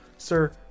Sir